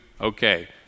okay